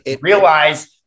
realize